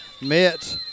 met